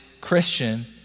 Christian